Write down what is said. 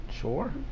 Sure